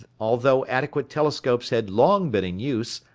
although adequate telescopes had long been in use,